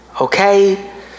Okay